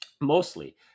mostly